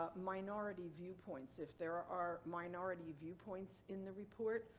ah minority viewpoints if there are minority viewpoints in the report,